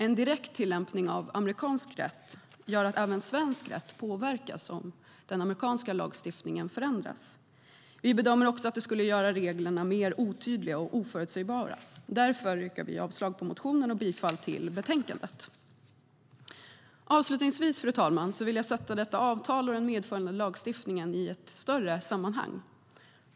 En direkt tillämpning av amerikansk rätt gör att även svensk rätt påverkas om den amerikanska lagstiftningen skulle förändras. Vi bedömer också att det skulle göra reglerna mer otydliga och oförutsägbara. Därför yrkar vi avslag på motionen och bifall till utskottets förslag. Avslutningsvis vill jag sätta detta avtal och den medföljande lagstiftningen i ett större sammanhang.